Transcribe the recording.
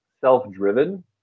self-driven